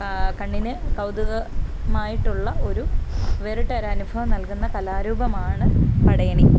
കണ്ണിന് കൗതുകമായിട്ടുള്ള ഒരു വേറിട്ടൊരു അനുഭവം നൽകുന്ന കലാരൂപമാണ് പടയണി